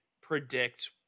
predict –